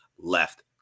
left